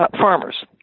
farmers